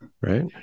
right